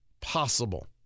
possible